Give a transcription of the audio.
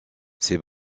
ces